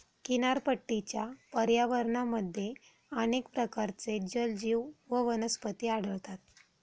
किनारपट्टीच्या पर्यावरणामध्ये अनेक प्रकारचे जलजीव व वनस्पती आढळतात